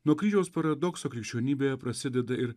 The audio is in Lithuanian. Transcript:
nuo kryžiaus paradokso krikščionybėje prasideda ir